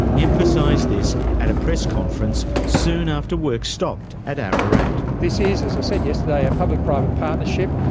emphasised this at a press conference soon after work stopped at ararat. and this is, as i said yesterday, a public-private partnership.